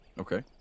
okay